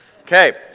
Okay